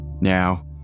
Now